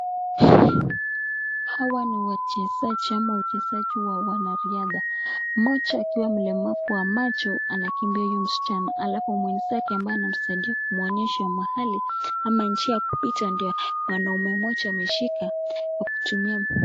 Hawa ni wachezaji ama wachezaji wa wanariadha mmoja akiwa mlemavu wa macho anakimbia huyu msichana alafu mwenzake ambaye anamsaidia kumwonyesha mahali ama njia ya kupita mwanaume mmoja ameshika kwa kutumia,,,